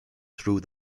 through